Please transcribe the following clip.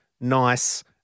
nice